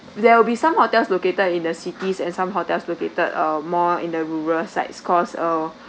there will be some hotels located in the cities and some hotels located uh more in the rural sites cause uh